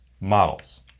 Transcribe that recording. models